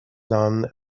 none